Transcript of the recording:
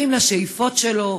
מתאים לשאיפות שלו,